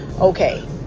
Okay